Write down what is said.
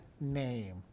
name